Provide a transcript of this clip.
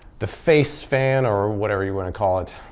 the face fan, or whatever you want to call it.